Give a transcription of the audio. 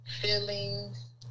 feelings